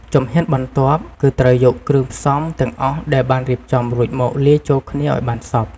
ជំហានបន្ទាប់ គឺត្រូវយកគ្រឿងផ្សំទាំងអស់ដែលបានរៀបចំរួចមកលាយចូលគ្នាឱ្យបានសព្វ